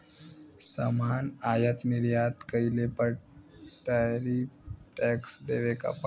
सामान आयात निर्यात कइले पर टैरिफ टैक्स देवे क पड़ेला